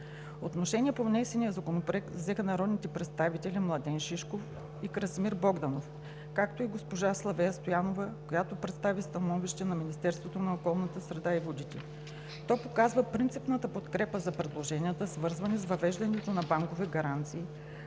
Отношение по внесения законопроект взеха народните представители Младен Шишков и Красимир Богданов, както и госпожа Славея Стоянова, която представи становището на Министерството на околната среда и водите. То показва принципната подкрепа за предложенията, свързани с въвеждането на банкови гаранции,